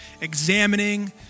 examining